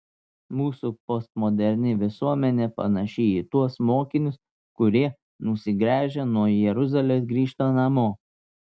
mūsų postmoderni visuomenė panaši į tuos mokinius kurie nusigręžę nuo jeruzalės grįžta namo